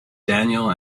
daniel